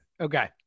Okay